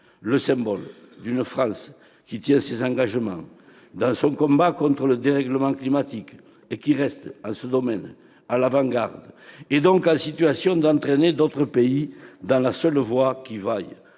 le symbole d'une France qui tient ses engagements dans son combat contre le dérèglement climatique, qui reste à l'avant-garde en ce domaine, et donc en situation d'entraîner d'autres pays dans la seule voie qui vaille,